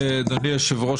אדוני היושב-ראש,